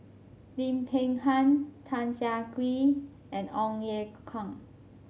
Lim Peng Han Tan Siah Kwee and Ong Ye Kung